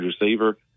receiver